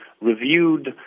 reviewed